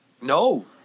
No